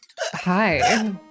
hi